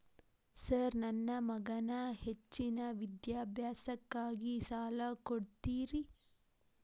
Sir ನನ್ನ ಮಗನ ಹೆಚ್ಚಿನ ವಿದ್ಯಾಭ್ಯಾಸಕ್ಕಾಗಿ ಸಾಲ ಕೊಡ್ತಿರಿ?